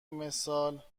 مثال